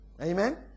amen